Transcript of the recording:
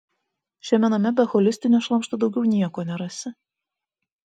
šiame name be holistinio šlamšto daugiau nieko nerasi